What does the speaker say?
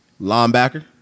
Linebacker